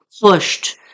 pushed